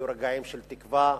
היו רגעים של תקווה.